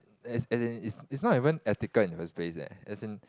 as as in it's not even ethical in the first place leh as in